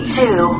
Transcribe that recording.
two